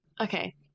Okay